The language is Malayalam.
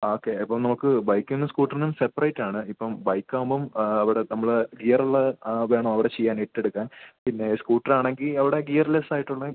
ആ ഓക്കെ ഇപ്പം നമുക്ക് ബൈക്കിനു സ്കൂട്ട്റിനും സെപ്പറേറ്റ് ആണ് ഇപ്പം ബൈക്ക് ആവുമ്പം അവിടെ നമ്മൾ ഗിയറുള്ള വേണോ അവിടെ ചെയ്യാൻ എട്ട് എടുക്കാൻ പിന്നെ സ്കൂട്ടറാണെങ്കിൽ അവിടെ ഗിയർലെസ് ആയിട്ടുള്ള